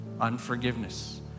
unforgiveness